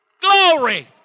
Glory